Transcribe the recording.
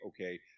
okay